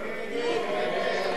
ההצעה להסיר את הנושא